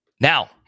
Now